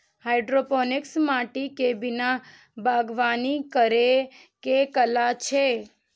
hydroponics माटि के बिना बागवानी करै के कला छियै